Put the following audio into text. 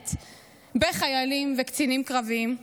מכוונת בחיילים וקצינים קרביים,